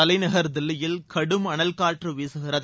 தலைநகர் தில்லியில் கடும் அனல் காற்று வீககிறது